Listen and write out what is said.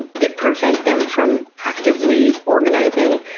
that prevent them from actively organizing?